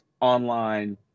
online